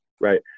right